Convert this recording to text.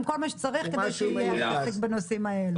עם כל מה שצריך כדי שתהיה התקדמות בנושאים האלה.